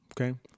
okay